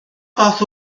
fath